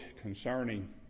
concerning